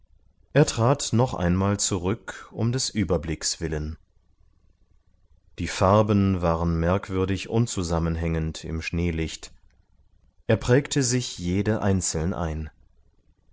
er trat noch einmal zurück um des überblicks willen die farben waren merkwürdig unzusammenhängend im schneelicht er prägte sich jede einzeln ein